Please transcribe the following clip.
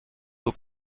eaux